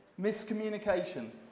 Miscommunication